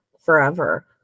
forever